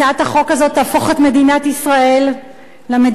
הצעת החוק הזאת תהפוך את מדינת ישראל למדינה